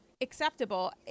acceptable